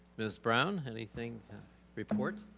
ms. brown? anything to report?